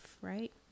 Right